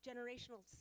Generational